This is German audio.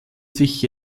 sich